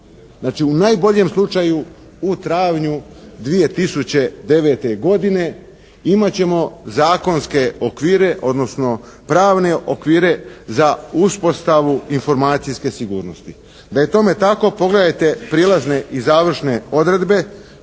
Znači u najboljem slučaju u travnju 2009. godine imati ćemo zakonske okvire, odnosno pravne okvire za uspostavu informacijske sigurnosti. Da je tome tako, pogledajte prijelazne i završne odredbe